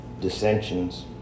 dissensions